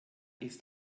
ist